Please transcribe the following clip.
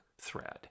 thread